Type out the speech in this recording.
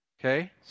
Okay